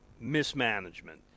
mismanagement